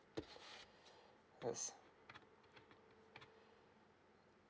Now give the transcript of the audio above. yes